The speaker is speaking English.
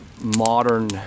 modern